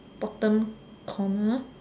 bottom corner